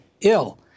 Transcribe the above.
ill